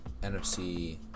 NFC